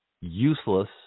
useless